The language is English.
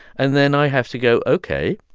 and then i have to go ok.